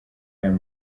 aya